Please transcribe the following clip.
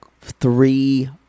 three